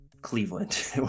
Cleveland